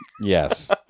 Yes